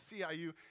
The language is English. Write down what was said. CIU